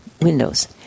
windows